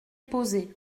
posées